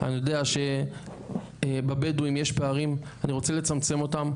אני יודע שבבדואים יש פערים, אני רוצה לצמצם אותם.